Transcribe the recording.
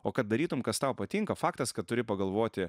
o kad darytum kas tau patinka faktas kad turi pagalvoti